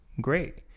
Great